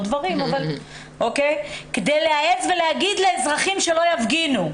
דברים כדי להעז ולהגיד לאזרחים שלא יפגינו?